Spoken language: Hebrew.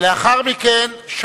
ולאחר מכן,